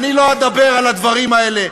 אל תשתמש, אני לא אדבר על הדברים האלה.